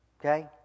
Okay